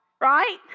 right